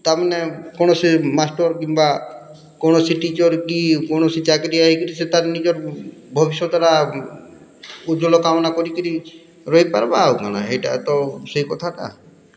ତାମାନେ କୌଣସି ମାଷ୍ଟର୍ କିମ୍ବା କୌଣସି ଟିଚର୍ କି କୌଣସି ଚାକିରିଆ ହେଇକରି ସେ ତା ନିଜର୍ ଭବିଷ୍ୟତଟା ଉଜ୍ଵଳ କାମନା କରିକିରି ରହିପାରିବା ଆଉ କାଣା ଏଇଟା ତ ସେଇ କଥାଟା